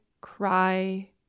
cry